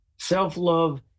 Self-love